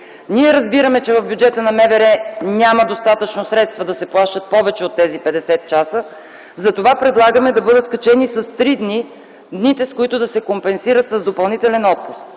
Ние разбираме, че в бюджета на МВР няма достатъчно средства, за да се плащат повече от тези 50 часа. Затова предлагаме да бъдат качени с три дните, с които да се компенсират с допълнителен отпуск.